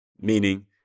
meaning